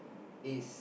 it's